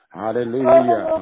hallelujah